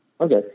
Okay